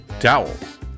Towels